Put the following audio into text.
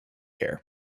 hair